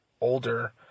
older